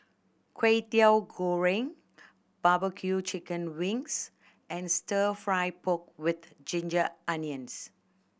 Kwetiau Goreng barbecue chicken wings and Stir Fry pork with ginger onions